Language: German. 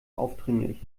aufdringlich